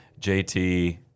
JT